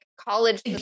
college